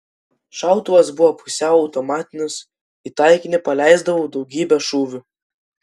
šautuvas buvo pusiau automatinis į taikinį paleisdavau daugybę šūvių